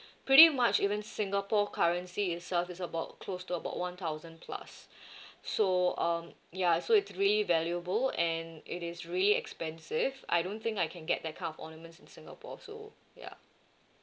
pretty much even singapore currency itself is about close to about one thousand plus so um ya so it's really valuable and it is really expensive I don't think I can get that kind of ornaments in singapore so ya